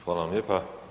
Hvala vam lijepa.